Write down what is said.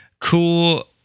cool